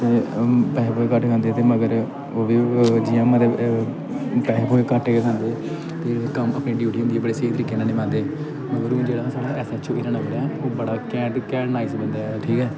ते पैसे पूसे घट्ट खंदे ते मगर ओह् बी जि'यां मतलब पैसे पूसे घट्ट गै खंदे फिर कम्म अपनियां ड्यूटियां जेह्ड़ियां बड़े स्हेई तरीके कन्नै निभांदे मगर हून जेह्ड़ा साढ़े ऐस्स ऐच्च ओ हीरानगर ऐ ओह् बड़ा घैंट घैंट नाइस बंदा ऐ ठीक ऐ